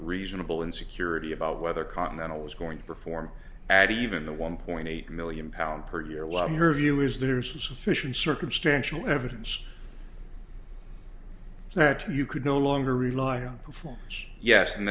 reasonable insecurity about whether continental was going to perform at even the one point eight million pound per year while her view is there is sufficient circumstantial evidence that you could no longer rely on performance yes and